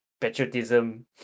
patriotism